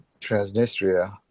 Transnistria